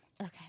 Okay